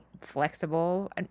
flexible